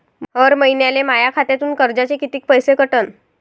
हर महिन्याले माह्या खात्यातून कर्जाचे कितीक पैसे कटन?